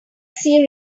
see